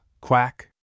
Quack